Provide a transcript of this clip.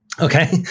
Okay